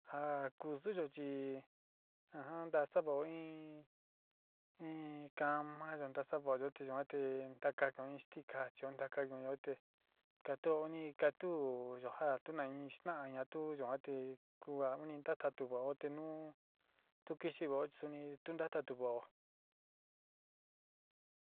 Ha kuxuyuu xhii ajan nda sapo iin, iin cama nda sapo yo'ó xhite naté ndakaku inx tikachuu ndakayuu noté tatoni katuu, tuyuajan na'a inxnaí ña'a tuu yaté kua iin ndatuu naté no'ó, tukixhi vaó xonii tunratató.